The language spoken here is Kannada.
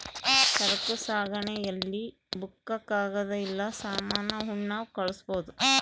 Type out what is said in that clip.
ಸರಕು ಸಾಗಣೆ ಅಲ್ಲಿ ಬುಕ್ಕ ಕಾಗದ ಇಲ್ಲ ಸಾಮಾನ ಉಣ್ಣವ್ ಕಳ್ಸ್ಬೊದು